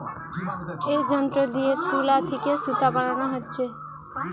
এ যন্ত্র দিয়ে তুলা থিকে সুতা বানানা হচ্ছে